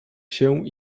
się